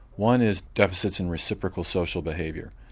one is deficits in reciprocal social behaviour,